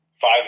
five